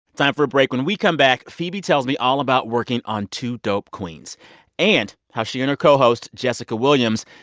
time for a break. when we come back, phoebe tells me all about working on two dope queens and how she and her co-host, jessica williams,